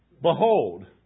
Behold